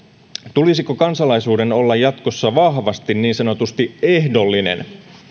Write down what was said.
tulisiko kansalaisuuden olla jatkossa vahvasti niin sanotusti ehdollinen